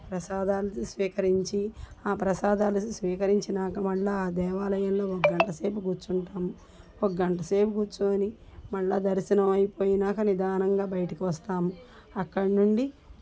ప్రసాదాలు స్వీకరించి ఆ ప్రసాదాలు స్వీకరించినాక మళ్ళీ ఆ దేవాలయంలో ఒక గంట సేపు కూర్చుంటాం ఒక గంట సేపు కుర్చోని మళ్ళీ దర్శనం అయిపొయినాక నిదానంగా బయటికి వస్తాము అక్కడ నుండి